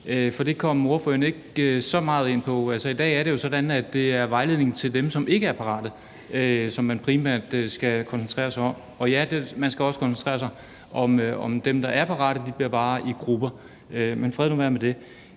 for det kom ordføreren ikke så meget ind på. Altså, i dag er det jo sådan, at det er vejledningen til dem, som ikke er parate, som man primært skal koncentrere sig om. Og ja, man skal også koncentrere sig om dem, der er parate; de får bare vejledning i grupper – men fred nu være med det.